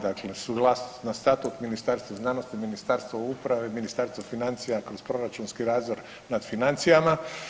Dakle, suglasnost na statut Ministarstvo znanosti, Ministarstvo uprave, Ministarstvo financija kroz proračunski …/nerazumljivo/… nad financijama.